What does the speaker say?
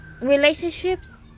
relationships